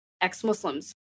ex-Muslims